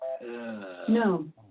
No